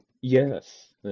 Yes